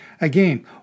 Again